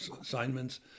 assignments